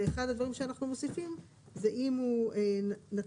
ואחד הדברים שאנחנו מוסיפים זה אם הוא נתן,